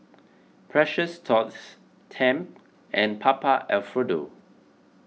Precious Thots Tempt and Papa Alfredo